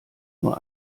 nur